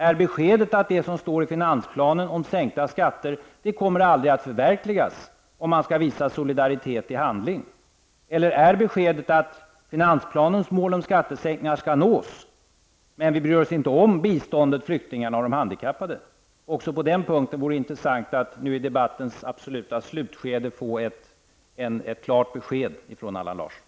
Är beskedet att det som står i finansplanen om sänkta skatter aldrig kommer att förverkligas, om man skall visa solidaritet? Eller är beskedet att finansplanens mål om skattesänkningar skall nås, men vi bryr oss inte om biståndet, flyktingarna och de handikappade? Också på den punkten vore det intressant att nu, i debattens absoluta slutskede, få ett klart besked från Allan Larsson.